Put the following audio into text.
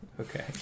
Okay